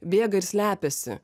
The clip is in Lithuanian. bėga ir slepiasi